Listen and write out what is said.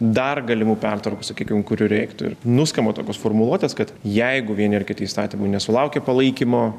dar galimų pertvarkų sakykim kurių reiktų ir nuskamba tokios formuluotės kad jeigu vieni ar kiti įstatymai nesulaukia palaikymo